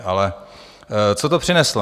Ale co to přineslo?